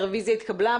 הרביזיה התקבלה,